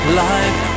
life